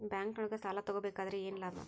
ಬ್ಯಾಂಕ್ನೊಳಗ್ ಸಾಲ ತಗೊಬೇಕಾದ್ರೆ ಏನ್ ಲಾಭ?